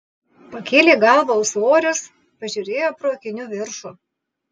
pakėlė galvą ūsorius pažiūrėjo pro akinių viršų